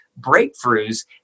breakthroughs